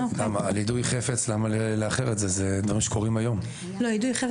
למה לאחר את זה על יידוי חפץ?